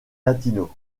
latino